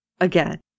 again